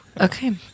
Okay